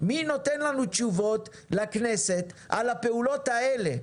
מי נותן לנו, לכנסת, תשובות על הפעולות האלה?